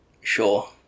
Sure